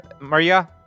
Maria